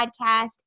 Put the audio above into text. podcast